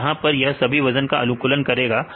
तो यहां पर यह सभी वजन का अनुकूलन करेगा